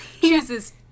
chooses